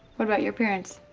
what about your parents?